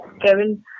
Kevin